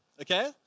okay